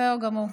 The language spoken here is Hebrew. בסדר גמור.